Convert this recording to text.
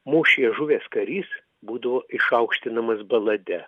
mūšyje žuvęs karys būdavo išaukštinamas balade